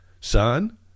son